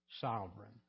sovereign